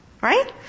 Right